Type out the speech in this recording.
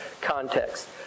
context